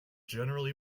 generally